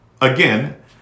again